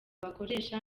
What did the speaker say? bakoresha